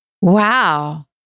Wow